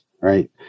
right